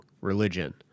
religion